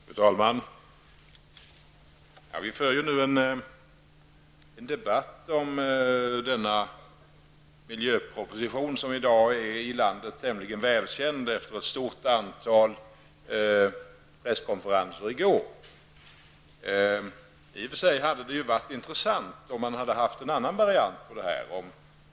Fru talman! Vi för ju nu en debatt om denna miljöproposition, som i dag är tämligen välkänd efter ett stort antal presskonferenser i går. I och för sig hade det varit intressant om man haft en annan variant.